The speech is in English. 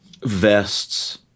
vests